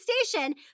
station